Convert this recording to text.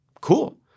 Cool